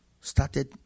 started